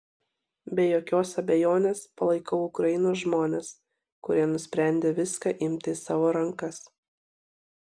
be jokios abejonės palaikau ukrainos žmones kurie nusprendė viską imti į savo rankas